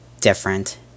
different